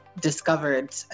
Discovered